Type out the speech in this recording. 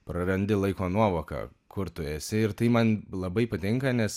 prarandi laiko nuovoką kur tu esi ir tai man labai patinka nes